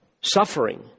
suffering